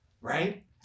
right